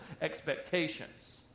expectations